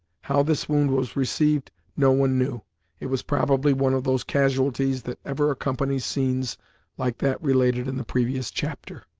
how this wound was received, no one knew it was probably one of those casualties that ever accompany scenes like that related in the previous chapter.